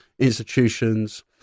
institutions